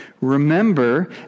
Remember